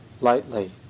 lightly